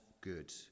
good